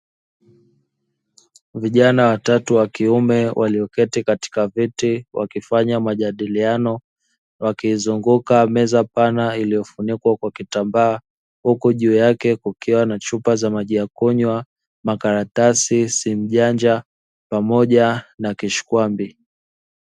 Vijana watatu wa kiume walioketi katika viti wakifanya majadiliano wakiizunguka meza pana iliyofunikwa kwa kitambaa, huku juu yake kukiwa na chupa za maji ya kunywa, makaratasi, simujanja pamoja na kishkwambi.